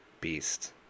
beast